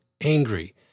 angry